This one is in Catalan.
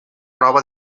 nova